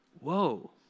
Whoa